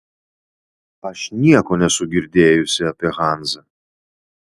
aš nieko nesu girdėjusi apie hanzą